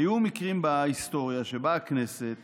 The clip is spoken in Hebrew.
היו מקרים בהיסטוריה שבהם באה הכנסת